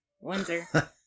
windsor